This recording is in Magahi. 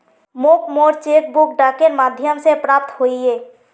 मोक मोर चेक बुक डाकेर माध्यम से प्राप्त होइए